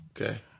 okay